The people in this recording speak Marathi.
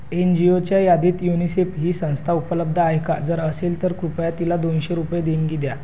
एन जी ओच्या यादीत युनिसेफ ही संस्था उपलब्ध आहे का जर असेल तर कृपया तिला दोनशे रुपये देणगी द्या